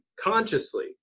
consciously